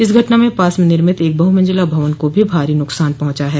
इस घटना में पास में निर्मित एक बहुमंजिला भवन को भी भारी नुकसान पहुंचा है